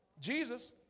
Jesus